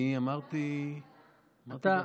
אני אמרתי מההתחלה,